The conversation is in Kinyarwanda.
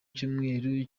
cyumweru